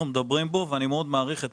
כשישבתי בוועדה הזאת כשדיברו על המועצות הדתיות,